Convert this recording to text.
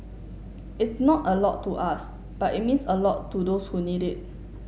it's not a lot to us but it means a lot to those who need it